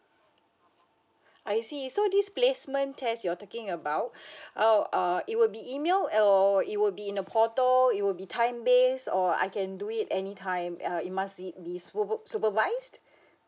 I see so this placement test you're talking about oh uh it wiould be email or it would be in a portal it would be time based or I can do it any time uh it must it be superv~ supervised